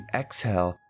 exhale